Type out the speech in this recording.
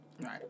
right